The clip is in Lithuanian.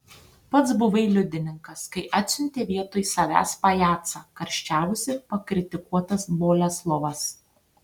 pats buvai liudininkas kai atsiuntė vietoj savęs pajacą karščiavosi pakritikuotas boleslovas